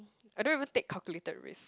I don't even take calculated risk